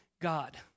God